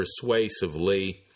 persuasively